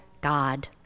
God